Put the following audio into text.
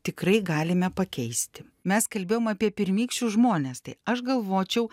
tikrai galime pakeisti mes kalbėjom apie pirmykščius žmones tai aš galvočiau